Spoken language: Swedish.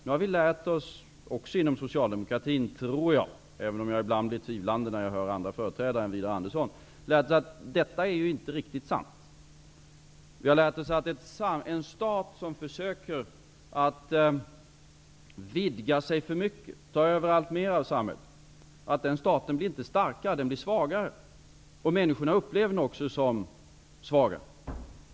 Nu har vi lärt oss -- också inom socialdemokratin, tror jag, även om jag ibland blir tvivlande när jag hör andra företrädare än Widar Andersson -- att det inte är riktigt sant. Vi har lärt oss att en stat som försöker att vidga sig för mycket och ta över alltmer av samhället inte blir starkare utan svagare. Människorna upplever den också som svagare.